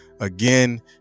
again